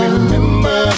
Remember